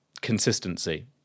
consistency